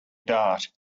dart